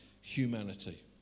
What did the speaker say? humanity